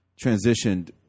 transitioned